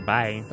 Bye